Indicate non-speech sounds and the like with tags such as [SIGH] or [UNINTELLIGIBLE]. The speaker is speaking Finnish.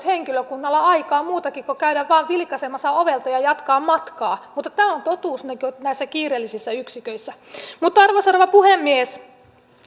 [UNINTELLIGIBLE] henkilökunnalla olisi aikaa muutakin kuin käydä vain vilkaisemassa ovelta ja jatkaa matkaa mutta tämä on totuus näissä kiireellisissä yksiköissä arvoisa rouva puhemies